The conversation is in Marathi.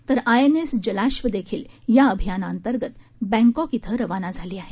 तर आयएनएस जलाश्व देखील या अभियाना अंतर्गत बँकॉक इथं रवाना झालं आहे